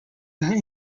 that